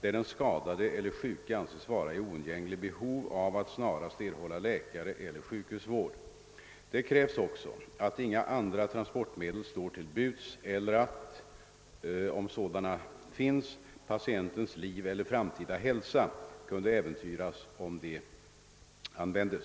där den skadade eller sjuke anses vara i oundgängligt behov av att snarast erhålla läkareller sjukhusvård. Det krävs också att inga andra transportmedel står till buds eller att, om sådana finns, patientens liv eller framtida hälsa kunde äventyras om de användes.